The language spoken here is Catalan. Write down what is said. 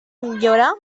millora